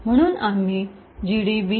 म्हणून आम्ही जीडीबी